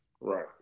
Right